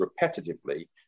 repetitively